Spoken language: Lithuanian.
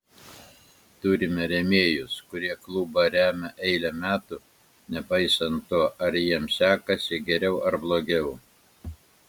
turime rėmėjus kurie klubą remia eilę metų nepaisant to ar jiems sekasi geriau ar blogiau